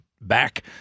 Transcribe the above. back